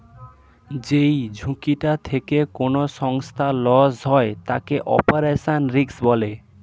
যেই ঝুঁকিটা থেকে কোনো সংস্থার লস হয় তাকে অপারেশনাল রিস্ক বলে